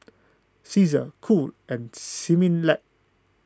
Cesar Cool and Similac